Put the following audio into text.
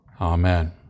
Amen